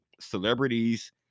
celebrities